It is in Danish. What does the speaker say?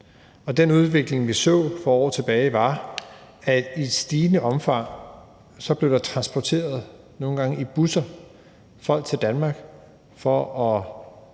Den udvikling, vi så for år tilbage, var, at i et stigende omfang blev der transporteret, nogle gange i busser, folk til Danmark for at